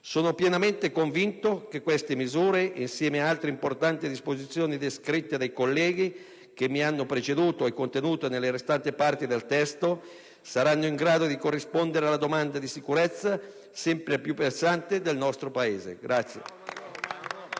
Sono pienamente convinto che queste misure, insieme alle altre importanti disposizioni descritte dai colleghi che mi hanno preceduto e contenute nelle restanti parti del testo, saranno in grado di corrispondere alla domanda di sicurezza sempre più pressante nel nostro Paese.